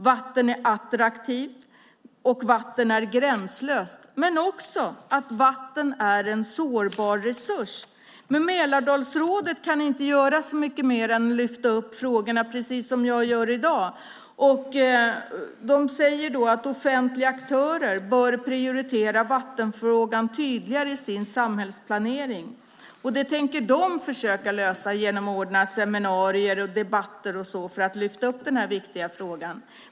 Vatten är attraktivt och vatten är gränslöst, men vatten är också en sårbar resurs. Men Mälardalsrådet kan inte göra mycket mer än att lyfta upp frågorna, precis som jag gör i dag. Mälardalsrådet säger då att offentliga aktörer bör prioritera vattenfrågan tydligare i sin samhällsplanering. Själva tänker man lösa det genom att ordna seminarier och debatter för att lyfta fram denna viktiga fråga.